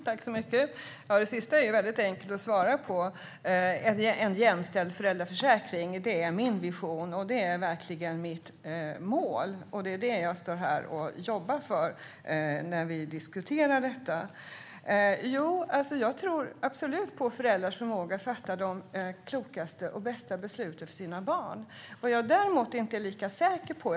Herr talman! Det sista är enkelt att svara på: en jämställd föräldraförsäkring. Det är min vision. Det är verkligen mitt mål, och det är det jag står här och jobbar för när vi diskuterar detta. Jag tror absolut på föräldrars förmåga att fatta de klokaste och bästa besluten för sina barn. Däremot är jag inte lika säker på en annan sak.